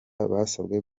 basabwe